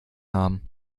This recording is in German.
haben